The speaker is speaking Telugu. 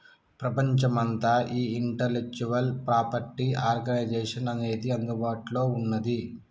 ప్రపంచమంతా ఈ ఇంటలెక్చువల్ ప్రాపర్టీ ఆర్గనైజేషన్ అనేది అందుబాటులో ఉన్నది